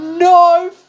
No